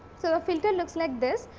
so, a filter looks like this.